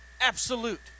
absolute